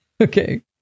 Okay